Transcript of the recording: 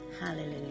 Hallelujah